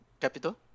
capital